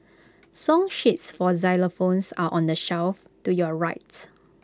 song sheets for xylophones are on the shelf to your rights